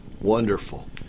Wonderful